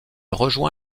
rejoint